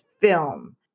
film